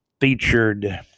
featured